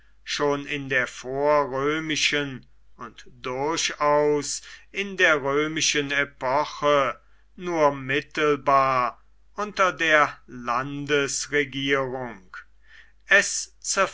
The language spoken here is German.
schon in der vorrömischen und durchaus in der römischen epoche nur mittelbar unter der landesregierung es